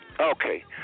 Okay